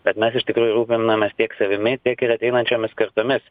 bet mes iš tikrųjų rūpinamės tiek savimi tiek ir ateinančiomis kartomis